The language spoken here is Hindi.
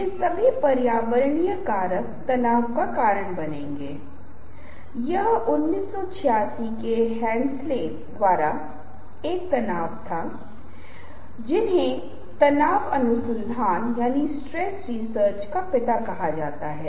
यदि आप अपने दर्शकों को देख मुस्कुरा रहे हैं और आपके दर्शक वापस मुस्कुराते हैं तो क्या होता है पारस्परिकता का परिचय दिया जाता है